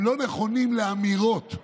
הם לא נכונים לאמירות,